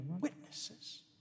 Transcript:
witnesses